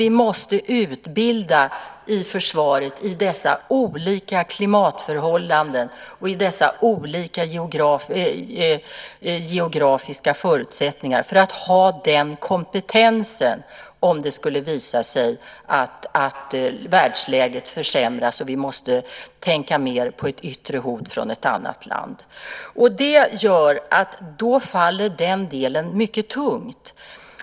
Vi måste utbilda inom försvaret under dessa olika klimatförhållanden och dessa olika geografiska förutsättningar för att ha den kompetensen om det skulle visa sig att världsläget försämras och vi måste tänka mer på yttre hot från ett annat land. Det gör att den delen då faller mycket tungt.